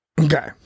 Okay